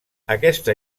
aquesta